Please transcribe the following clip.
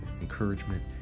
encouragement